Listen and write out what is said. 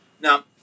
Now